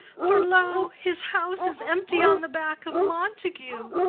for, lo, his house is empty on the back of montague,